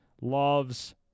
loves